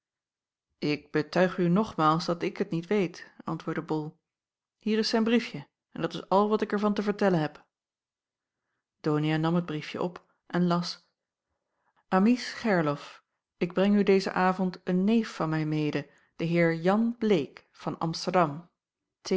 ik betuig u nogmaals dat ik het niet weet antwoordde bol hier is zijn briefje en dat is al wat ik er van te vertellen heb donia nam het briefje op en las amice gerlof ik breng u dezen avond een neef van mij mede den heer jan bleek van amsterdam